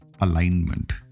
alignment